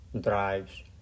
drives